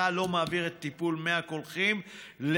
לא מעביר את טיפול מי הקולחים לאחריותו?